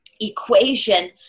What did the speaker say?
equation